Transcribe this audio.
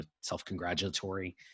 self-congratulatory